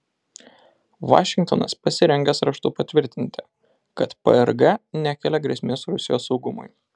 vašingtonas pasirengęs raštu patvirtinti kad prg nekelia grėsmės rusijos saugumui